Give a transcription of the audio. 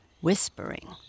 whispering